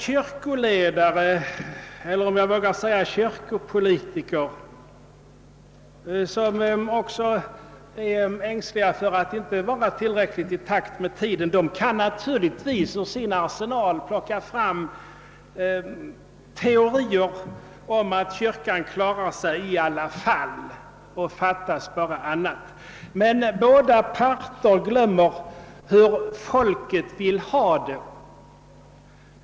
Kyrkoledare — eller om jag vågar säga kyrkopolitiker — som också är ängsliga för att inte vara tillräckligt i takt med tiden, kan naturligtvis ur sin arsenal plocka fram teorier om att kyrkan klarar sig i alla fall, och fattas bara annat. Men båda parter glömmer hur folket vill ha det.